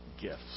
gifts